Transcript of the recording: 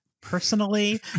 personally